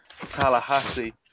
Tallahassee